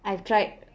I've tried